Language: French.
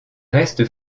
restes